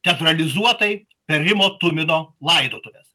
teatralizuotai į rimo tumino laidotuves